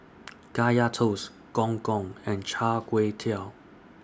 Kaya Toast Gong Gong and Char Kway Teow